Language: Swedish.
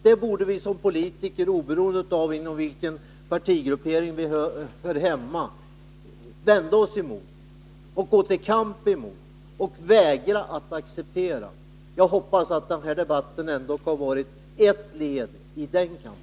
Det borde vi som politiker, oberoende av vilken partigruppering vi tillhör, vända oss mot, gå till kamp mot och vägra att acceptera. Jag hoppas att den här debatten ändå har varit ett led i den kampen.